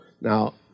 Now